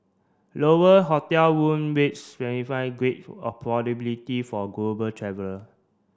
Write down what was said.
lower hotel room rates signify great affordability for global traveller